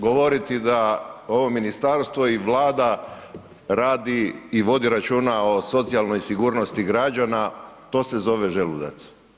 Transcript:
Govoriti da ovo ministarstvo i Vlada radi i vodi računa o socijalnoj sigurnosti građana, to se zove želudac.